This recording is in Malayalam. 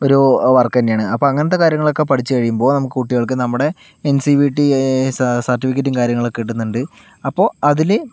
ഒരു വർക്ക് തന്നെയാണ് അപ്പോൾ അങ്ങനത്തെ കാര്യങ്ങളൊക്കെ പഠിച്ചു കഴിയുമ്പോൾ നമുക്ക് കുട്ടികൾക്ക് നമ്മുടെ എൻ സി വി ടി സ സർട്ടിഫിക്കറ്റും കാര്യങ്ങളൊക്കെ കിട്ടുന്നുണ്ട് അപ്പോൾ അതിൽ